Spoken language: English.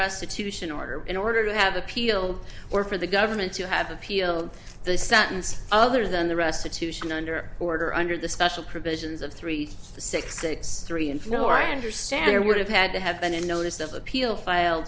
restitution order in order to have appeal or for the government to have appealed the sentence other than the restitution under order under the special provisions of three six six three and no i understand there would have had to have been a notice of appeal file